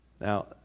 Now